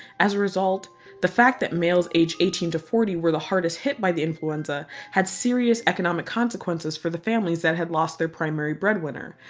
as a result the fact that males aged eighteen to forty were the hardest hit by the influenza had serious economic consequences for the families that had lost their primary breadwinner.